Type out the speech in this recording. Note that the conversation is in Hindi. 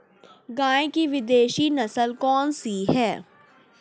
गाय की विदेशी नस्ल कौन सी है?